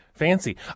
Fancy